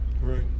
Right